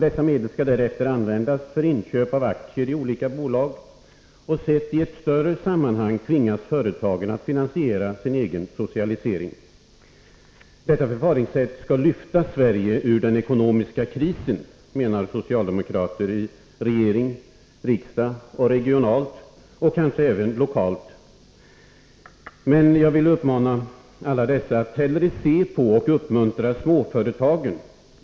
Dessa medel skall därefter användas för inköp av aktier i olika bolag. Sett i ett större sammanhang tvingas företagen att finansiera sin egen socialisering. Detta skall lyfta Sverige ur den ekonomiska krisen, menar socialdemokrater såväl i regering och riksdag som regionalt och kanske även lokalt. Men jag vill uppmana alla dessa att hellre se på och uppmuntra småföretagen.